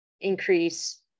increase